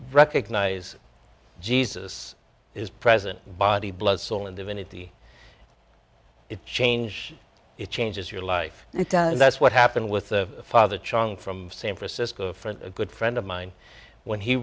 recognize jesus is present body blood soul and divinity it change it changes your life and that's what happened with the father chang from san francisco from a good friend of mine when he